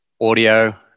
audio